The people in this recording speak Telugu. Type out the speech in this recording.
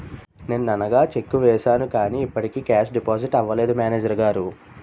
నిన్ననగా చెక్కు వేసాను కానీ ఇప్పటికి కేషు డిపాజిట్ అవలేదు మేనేజరు గారు